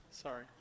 Sorry